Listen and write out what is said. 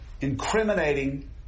incriminating